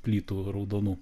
plytų raudonų